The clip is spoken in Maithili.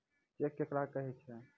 चेक केकरा कहै छै?